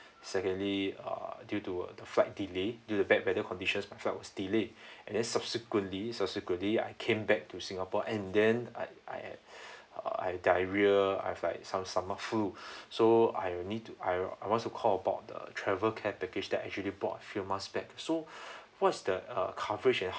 secondly uh due to the flight delay due to bad weather conditions my flight was delayed and then subsequently subsequently I came back to singapore and then I I had I have diarrhea I have like some some of food so I need to I I once to call upon the travel care package that actually bought few months back so what is the uh coverage and how